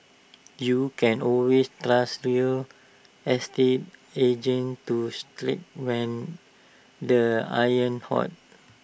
you can always trust real estate agents to strike when the iron's hot